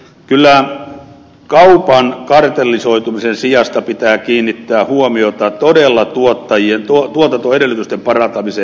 kyllä kaupan kartellisoitumisen sijasta pitää todella kiinnittää huomiota tuotantoedellytysten parantamiseen